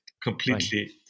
completely